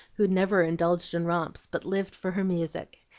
who never indulged in romps, but lived for her music.